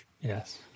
Yes